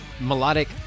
melodic